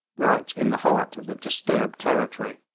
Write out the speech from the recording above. right in the heart of the disturbed territory.